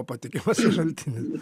patikimas šaltinis